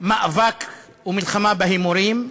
מאבק ומלחמה בהימורים,